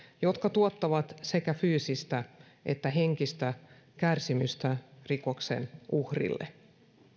jotka tuottavat sekä fyysistä että henkistä kärsimystä rikoksen uhrille